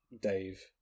Dave